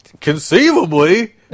conceivably